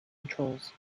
controls